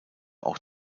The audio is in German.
auch